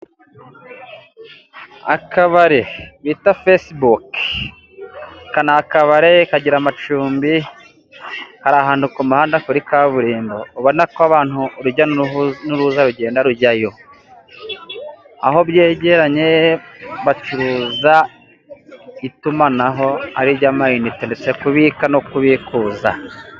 Akabare bita Fesibuke, aka ni akabare kagira amacumbi hari ahantu ku muhanda kuri kaburimbo, ubona ko abantu urujya n'uruza rugenda rujya yo. Aho byegeranye bacuruza itumanaho ari ryo amayinite ndetse kubika no kubikuza.